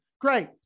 Great